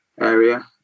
area